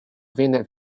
finite